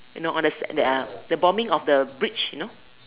you know on the that uh the bombing of the bridge you know